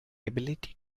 ability